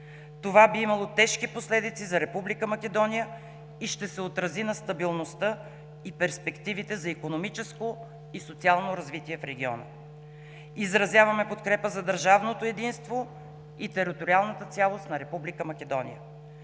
Това би имало тежки последици за Република Македония и ще се отрази на стабилността и перспективите за икономическо и социално развитие в региона. Изразяваме подкрепа за държавното единство и териториалната цялост на Република Македония.